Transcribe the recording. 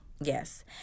Yes